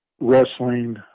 wrestling